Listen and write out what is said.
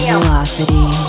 Velocity